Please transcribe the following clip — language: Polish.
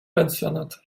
pensjonat